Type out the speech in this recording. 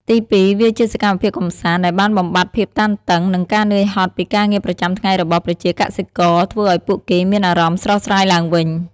ទីពីរ វាជា សកម្មភាពកម្សាន្ត ដែលបានបំបាត់ភាពតានតឹង និងការនឿយហត់ពីការងារប្រចាំថ្ងៃរបស់ប្រជាកសិករ ធ្វើឱ្យពួកគេមានអារម្មណ៍ស្រស់ស្រាយឡើងវិញ។